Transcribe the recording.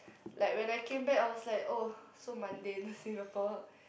like when I come back I was like oh so mundane Singapore